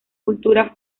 cultura